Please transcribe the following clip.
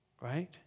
right